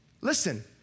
Listen